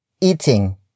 eating